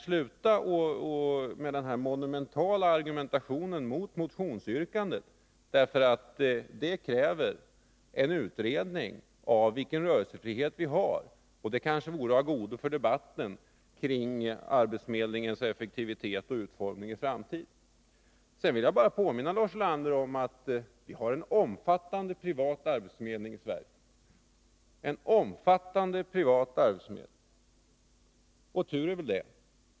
Sluta med denna monumentala argumentation mot motionsyrkandet! Sedan vill jag bara påminna Lars Ulander om att vi har en omfattande privat arbetsförmedling i Sverige. Och tur är väl det.